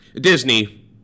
Disney